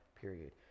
period